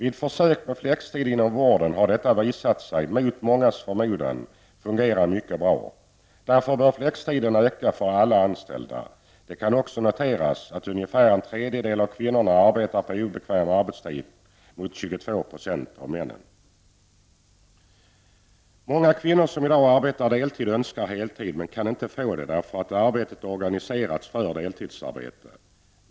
I försök med flexibel arbetstid inom vården har detta, mot mångas förmodan, visat sig fungera mycket bra. Därför bör systemet med flexibla arbetstider öka för alla anställda. Det kan också noteras att ungefär en tredjedel av kvinnorna, mot 22 % av männen, arbetar på obekväma arbetstider. Många kvinnor som i dag arbetar deltid önskar arbeta heltid men de kan inte få det på grund av att arbetet är organiserat för deltidsarbete.